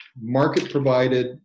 market-provided